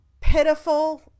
pitiful